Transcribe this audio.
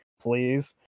please